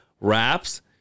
Wraps